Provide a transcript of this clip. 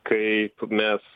kai mes